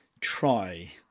try